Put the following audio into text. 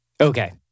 Okay